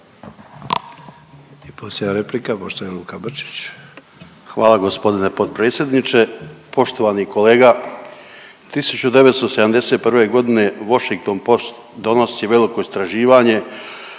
Hvala gospodine potpredsjedniče. Poštovani kolega 1971. godine Washington post donosi veliko istraživanje